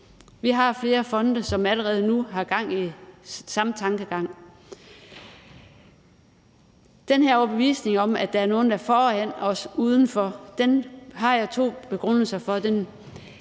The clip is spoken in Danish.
Der er flere fonde, som allerede nu har gang i samme tankegang. Den her overbevisning om, at der er nogen udenfor, der er foran os, har jeg to begrundelser for.